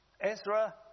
Ezra